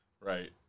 Right